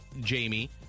Jamie